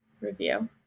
review